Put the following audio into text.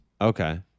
Okay